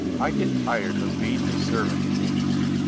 i get tired of being a servant occasionally.